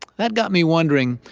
that got me wondering,